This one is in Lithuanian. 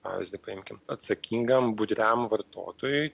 pavyzdį paimkim atsakingam budriam vartotojui